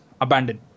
abandoned